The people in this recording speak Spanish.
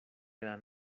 dan